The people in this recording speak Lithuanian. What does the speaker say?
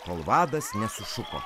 kol vadas nesušuko